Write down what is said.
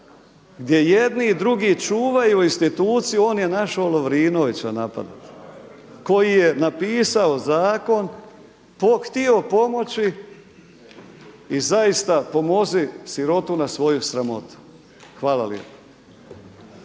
gdje jedni i drugi čuvaju instituciju, on je našao Lovrinovića napadati koji je napisao zakon, htio pomoći i zaista „pomozi sirotu na svoju sramotu“. Hvala lijepa.